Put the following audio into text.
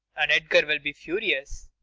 and edgar will be furious.